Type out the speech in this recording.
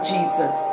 Jesus